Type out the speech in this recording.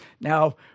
Now